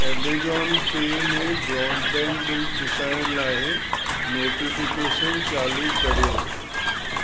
Amazon Pay में broadband bill चुकाइण लाइ नोटिफिकेशन चालू कर्यो